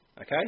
Okay